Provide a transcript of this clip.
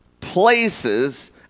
places